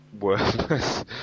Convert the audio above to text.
worthless